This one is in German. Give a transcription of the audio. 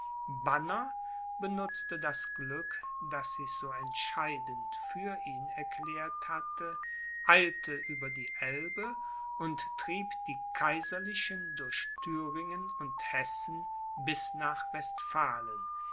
banner benutzte das glück das sich so entscheidend für ihn erklärt hatte eilte über die elbe und trieb die kaiserlichen durch thüringen und hessen bis nach